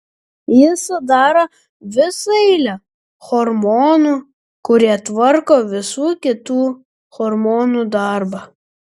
jis sudaro visą eilę hormonų kurie tvarko visų kitų hormonų darbą